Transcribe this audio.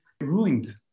ruined